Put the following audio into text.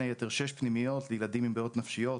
היתר שש פנימיות לילדים עם בעיות נפשיות,